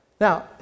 Now